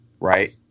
Right